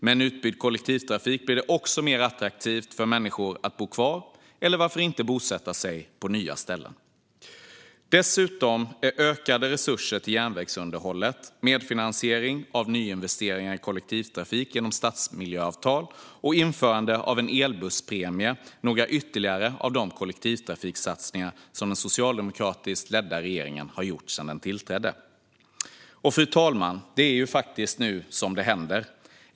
Med en utbyggd kollektivtrafik blir det också mer attraktivt för människor att bo kvar eller varför inte bosätta sig på nya ställen. Dessutom är ökade resurser till järnvägsunderhållet, medfinansiering av nyinvesteringar i kollektivtrafik genom stadsmiljöavtal och införande av en elbusspremie några ytterligare av de kollektivtrafiksatsningar som den socialdemokratiskt ledda regeringen har gjort sedan den tillträdde. Och, fru talman, det är faktiskt nu det händer!